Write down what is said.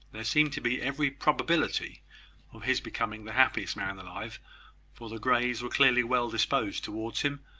there seemed to be every probability of his becoming the happiest man alive for the greys were clearly well disposed towards him,